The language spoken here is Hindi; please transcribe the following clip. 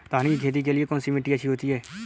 धान की खेती के लिए कौनसी मिट्टी अच्छी होती है?